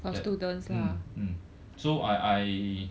mm mm so I I